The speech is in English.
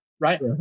right